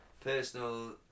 personal